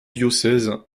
diocèses